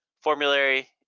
formulary